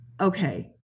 Okay